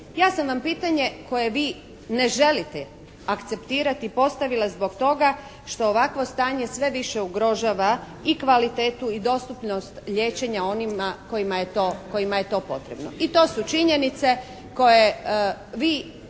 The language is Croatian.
Ja sam vam pitanje koje vi ne želite akceptirati postavila zbog toga što ovakvo stanje sve više ugrožava i kvalitetu i dostupnost liječenja onima kojima je to potrebno. I to su činjenice koje vi